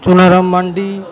Chunaram Mandi